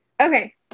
Okay